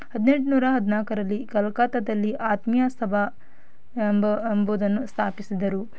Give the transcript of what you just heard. ಹದಿನೆಂಟ್ನೂರ ಹದಿನಾಲ್ಕರಲ್ಲಿ ಕಲ್ಕತ್ತಾದಲ್ಲಿ ಆತ್ಮೀಯ ಸಭಾ ಎಂಬ ಎಂಬುದನ್ನು ಸ್ಥಾಪಿಸಿದರು